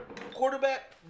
quarterback